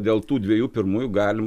dėl tų dviejų pirmųjų galim